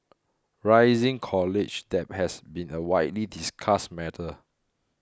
rising college debt has been a widely discussed matter